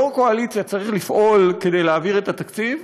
יושב-ראש הקואליציה צריך לפעול כדי להעביר את התקציב,